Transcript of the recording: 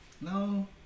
no